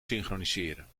synchroniseren